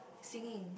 singing